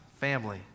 family